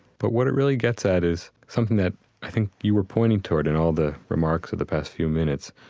but what it really gets at is something that i think you were pointing toward in all the remarks of the past few minutes.